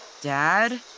Dad